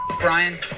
Brian